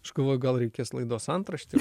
aš galvoju gal reikės laidos antraštę